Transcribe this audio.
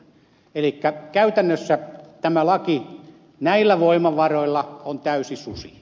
elikkä käytännössä tämä laki näillä voimavaroilla on täysi susi